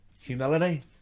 humility